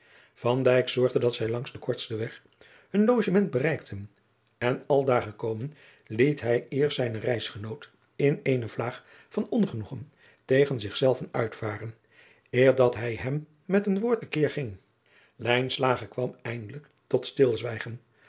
zorgde dat zij langs den kortsten weg hun logement bereikten en aldaar gekomen liet hij eerst zijnen reisgenoot in eene vlaag van ongenoegen tegen zichzelven adriaan loosjes pzn het leven van maurits lijnslager uitvaren eer dat hij hem met een woord te keer ging lijnslager kwam eindelijk tot